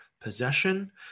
possession